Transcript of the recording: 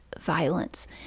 violence